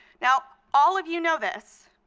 now all of you know this,